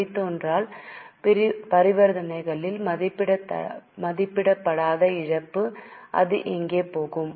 வழித்தோன்றல் பரிவர்த்தனைகளில் மதிப்பிடப்படாத இழப்பு அது எங்கே போகும்